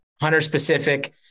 hunter-specific